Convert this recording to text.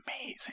amazing